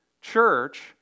church